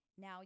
Now